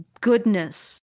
goodness